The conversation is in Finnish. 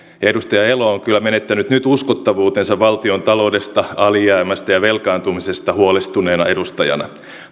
edustaja elo on kyllä menettänyt nyt uskottavuutensa valtiontaloudesta alijäämästä ja velkaantumisesta huolestuneena edustajana